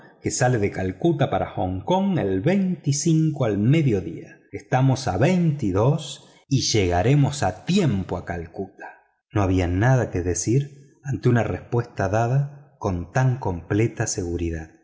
que sale de calcuta para hong kong el al mediodía estamos a y llegaremos a tiempo a calcuta no había nada que decir ante una respuesta dada con tan completa seguridad